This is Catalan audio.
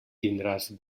tindràs